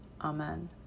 amen